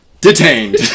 Detained